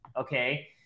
okay